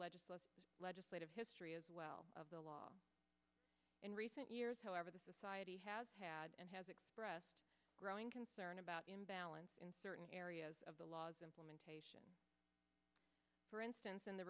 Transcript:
legislative legislative history as well of the law in recent years however the society has had and has expressed growing concern about imbalance in certain areas of the law's implementation for instance in the